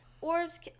Orbs